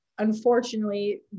Unfortunately